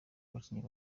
abakinnyi